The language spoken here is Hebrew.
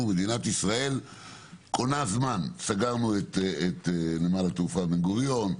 שמדינת ישראל קונה זמן: סגרנו את נמל התעופה בן גוריון,